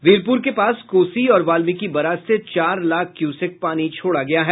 वीरपुर के पास कोसी और बाल्मिकी बराज से चार लाख क्यूसेक पानी छोड़ा गया है